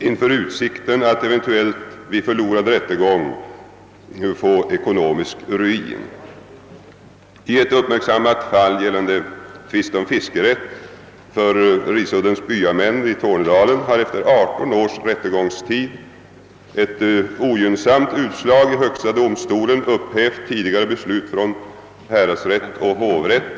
Vederbörande står ju inför utsikten att vid förlorad rättegång drabbas av ekonomisk ruin. I ett uppmärksammat fall gällande tvist om fiskerätt för Risuddens byamän i Tornedalen har efter 18 års rättegångstid ett ogynnsamt utslag i högsta domstolen upphävt tidigare beslut av häradsrätt och hovrätt.